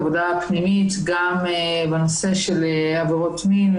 עבודה פנימית גם בנושא של עבירות מין,